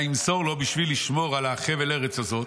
וימסור לו" בשביל לשמור על חבל הארץ הזאת,